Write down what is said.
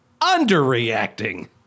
underreacting